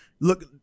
look